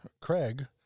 Craig